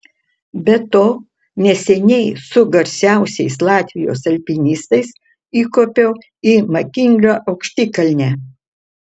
be to neseniai su garsiausiais latvijos alpinistais įkopiau į makinlio aukštikalnę